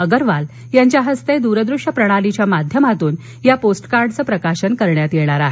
अगरवाल यांच्या हस्ते दुरदृश्य प्रणालीच्या माध्यमातून या पोस्टकार्डचे प्रकाशन करण्यात येणार आहे